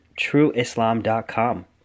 TrueIslam.com